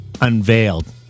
unveiled